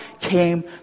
came